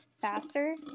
faster